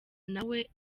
nawe